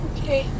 Okay